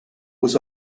was